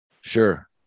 Sure